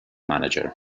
manager